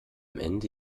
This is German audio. ende